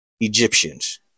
Egyptians